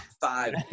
five